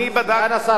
אני אומר באיזו רשת.